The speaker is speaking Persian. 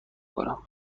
کنم